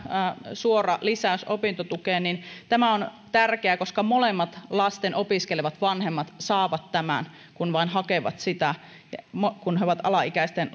suora lisäys opintotukeen tämä on tärkeä koska molemmat lasten opiskelevat vanhemmat saavat tämän kun vain hakevat sitä kun he ovat alaikäisten